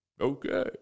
okay